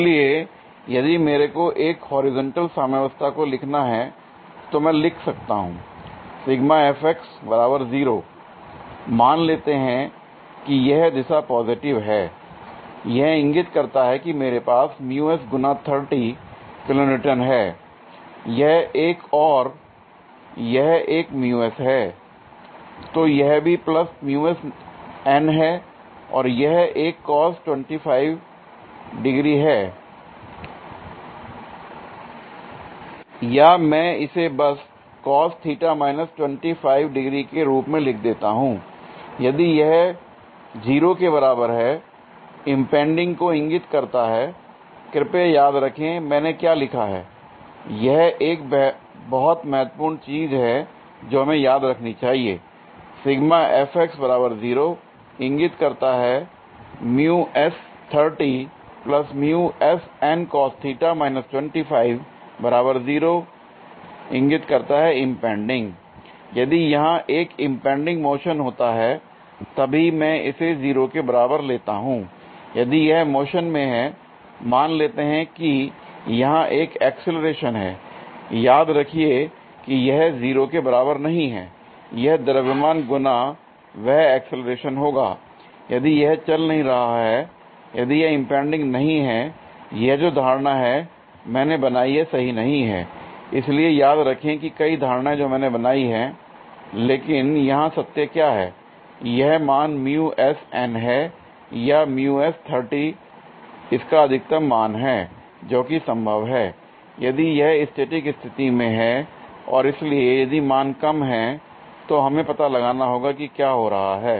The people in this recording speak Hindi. इसलिए यदि मेरे को एक हॉरिजॉन्टल साम्यावस्था को लिखना है तो मैं लिख सकता हूं मान लेते हैं कि यह दिशा पॉजिटिव है यह इंगित करता है कि मेरे पास गुना 30 किलोन्यूटन है यह एक और यह एक है l तो यह भी प्लस है और यह एक cos 25 है या मैं इसे बस cos θ - 25 के रूप में लिख देता हूं l यदि यह 0 के बराबर है इंपैंडिंग को इंगित करता है l कृपया याद रखें मैंने यहां क्या लिखा है यह एक बहुत महत्वपूर्ण चीज है जो हमें याद रखनी चाहिए l यदि यहां एक इंपैंडिंग मोशन होता है तभी मैं इसे 0 के बराबर लेता हूं यदि यह मोशन में है मान लेते हैं कि यहां एक एक्सीलरेशन है याद रखिए कि यह 0 के बराबर नहीं है यह द्रव्यमान गुना वह एक्सीलरेशन होगा l यदि यह चल नहीं रहा है यदि यह इंपैंडिंग नहीं है यह जो धारणा है मैंने बनाई है सही नहीं हैl इसलिए याद रखें कई धारणाएं जो मैंने बनाई हैं l लेकिन यहां सत्य क्या है यह मान है या इसका अधिकतम मान है जोकि संभव है यदि यह स्टैटिक स्थिति में है और इसलिए यदि मान कम हैं तो हमें पता लगाना होगा कि क्या हो रहा है